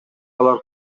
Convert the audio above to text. алар